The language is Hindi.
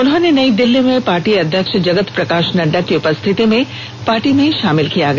उन्होंने नई दिल्ली में पार्टी अध्यक्ष जगत प्रकाश नड्डा की उपस्थिति में पार्टी में शामिल किया गया